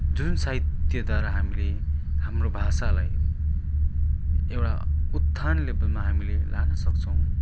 जुन साहित्यद्वारा हामीले हाम्रो भाषालाई एउटा उत्थान लेभलमा हामीले लान सक्छौँ